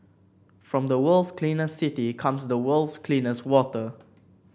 from the world's cleanest city comes the world's cleanest water